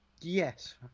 Yes